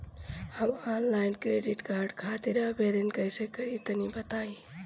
हम online credit card खातिर आवेदन कइसे करि तनि बताई?